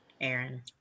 Aaron